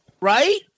Right